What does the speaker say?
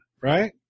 right